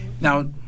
Now